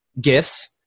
gifts